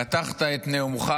פתחת את נאומך